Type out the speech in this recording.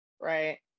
Right